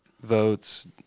votes –